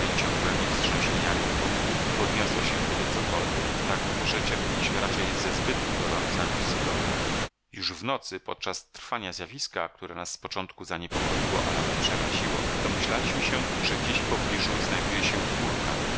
basenie kołysanej ciągłemi wstrząśnieniami gruntu podniosła się wtedy cokolwiek tak że cierpieliśmy raczej ze zbytku gorąca niż z jego braku już w nocy podczas trwania zjawiska które nas z początku zaniepokoiło a nawet przeraziło domyślaliśmy się że gdzieś w pobliżu znajduje się wulkan